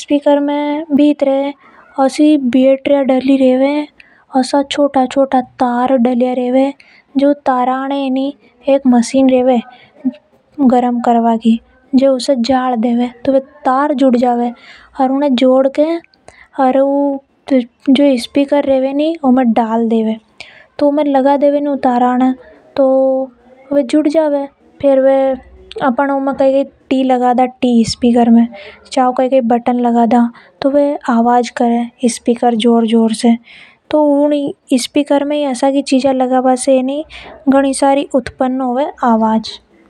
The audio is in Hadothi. स्पीकर के अंदर बैटरी रेवे और छोटा छोटा तार रेवे। एक मशीन रेवे जीके द्वारा जाळ देवे और इन्हें जोड़ देवे। स्पीकर में तार जोड़ देवा और उनमें टी लगा देवा। ओर फिर यो स्पीकर आवाज करबआ लाग जावे।